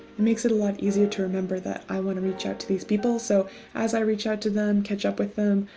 makes it a lot easier to remember that i want to reach out to these people. so as i reach out to them, catch up with them,